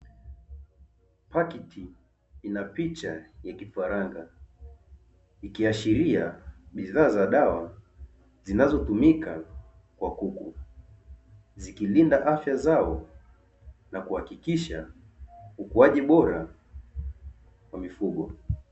Pakiti ina picha ya kifaranga, ikiashiria bidhaa za dawa zinazotumika kwa kuku zikilinda afya zao na kuhakikisha ukuaji bora wa mifugo.